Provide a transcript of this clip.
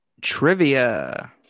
trivia